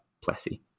Plessy